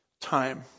time